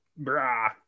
brah